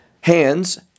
hands